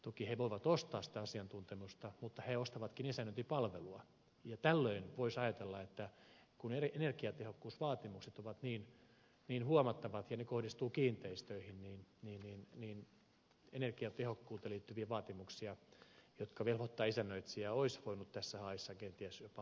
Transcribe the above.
toki he voivat ostaa sitä asiantuntemusta mutta he ostavatkin isännöintipalvelua ja tällöin voisi ajatella että kun energiatehokkuusvaatimukset ovat niin huomattavat ja ne kohdistuvat kiinteistöihin niin energiatehokkuuteen liittyviä vaatimuksia jotka velvoittavat isännöitsijää olisi voinut tässä laissa kenties jopa harkita säädettäviksi